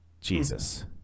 Jesus